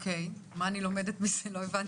מה אני לומדת מזה, לא הבנתי.